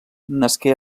nasqué